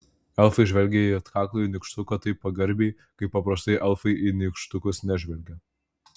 elfai žvelgė į atkaklųjį nykštuką taip pagarbiai kaip paprastai elfai į nykštukus nežvelgia